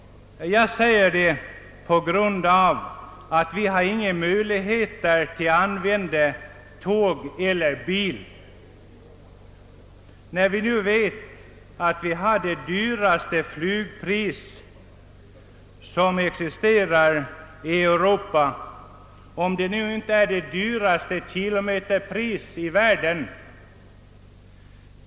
Jag frågar detta därför att vi gotlänningar saknar möjligheter att använda tåg eller bil och därför att det är känt att flygpriserna på Gotland är de högsta i Europa — om de rent av inte är de högsta kilometerpriserna i världen.